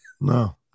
No